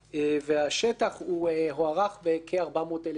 והשטח הוערך בכ-400,000 דונם.